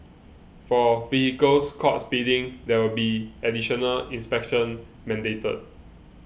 for vehicles caught speeding there will be additional inspections mandated